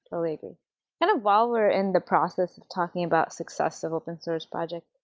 totally agree. and while we're in the process of talking about success of open-source project,